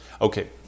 Okay